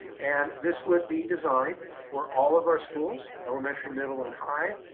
and this would be designed for all of our schools, elementary, middle, and high.